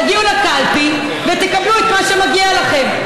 תגיעו לקלפי ותקבלו את מה שמגיע לכם.